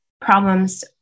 problems